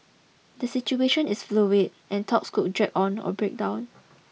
the situation is fluid and talks could drag on or break down